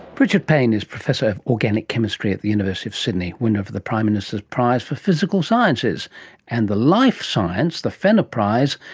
richard payne is professor of organic chemistry at the university of sydney, winner of of the prime minister's prize for physical science. and the life science, the fenner prize,